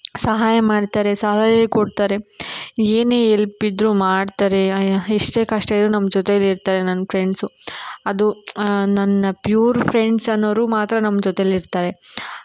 ಸಹಾಯ ಮಾಡ್ತಾರೆ ಸಲಹೆ ಕೊಡ್ತಾರೆ ಏನೇ ಎಲ್ಪ್ ಇದ್ದರೂ ಮಾಡ್ತಾರೆ ಎಷ್ಟೇ ಕಷ್ಟ ಇದ್ರೂ ನಮ್ಮ ಜೊತೆಲೇ ಇರ್ತಾರೆ ನನ್ನ ಫ್ರೆಂಡ್ಸು ಅದು ನನ್ನ ಪ್ಯೂರ್ ಫ್ರೆಂಡ್ಸ್ ಅನ್ನೋರು ಮಾತ್ರ ನಮ್ಮ ಜೊತೆಲಿ ಇರ್ತಾರೆ